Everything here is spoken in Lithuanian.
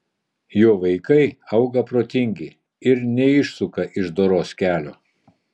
jo vaikai auga protingi ir neišsuka iš doros kelio